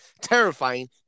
terrifying